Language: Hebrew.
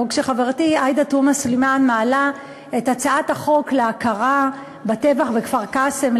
וחברתי עאידה תומא סלימאן מעלים את הצעת החוק להכרה בטבח בכפר-קאסם,